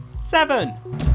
Seven